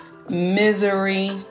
Misery